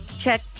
check